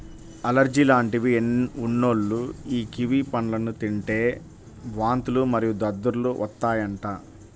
allergy లాంటివి ఉన్నోల్లు యీ కివి పండ్లను తింటే వాంతులు మరియు దద్దుర్లు వత్తాయంట